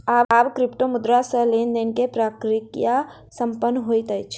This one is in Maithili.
आब क्रिप्टोमुद्रा सॅ लेन देन के प्रक्रिया संपन्न होइत अछि